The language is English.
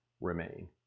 remain